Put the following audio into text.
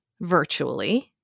virtually